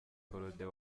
perraudin